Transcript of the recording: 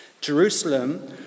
Jerusalem